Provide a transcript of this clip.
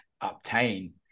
obtain